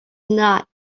not